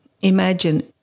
imagine